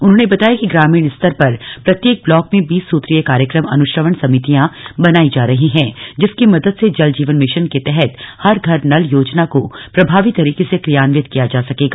उन्होंने बताया कि ग्रामीण स्तर पर प्रत्येक ब्लाक में बीस सूत्रीय कार्यक्रम अनुश्रवण समितियां बनाई जा रही है जिसकी मदद से जल जीवन मिशन के तहत हर घर नल योजना को प्रभावी तरीके से क्रियान्वित किया जा सकेगा